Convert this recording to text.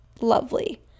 lovely